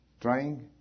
Trying